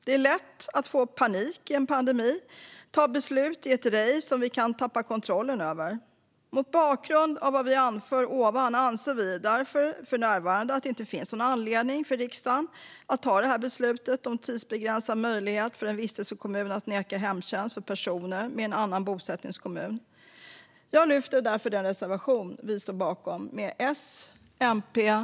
Det är lätt att få panik i en pandemi och att ta beslut i ett race som vi kan tappa kontrollen över. Mot bakgrund av vad vi tidigare anfört anser vi att det för närvarande inte finns någon anledning för riksdagen att fatta beslut om en tidsbegränsad möjlighet för en vistelsekommun att neka hemtjänst för personer med en annan bosättningskommun. Jag yrkar därför bifall till den reservation vi står bakom tillsammans med S, MP och L.